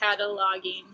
cataloging